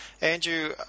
Andrew